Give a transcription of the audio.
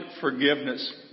forgiveness